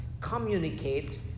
communicate